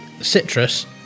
citrus